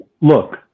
look